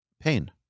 pain